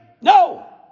No